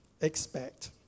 expect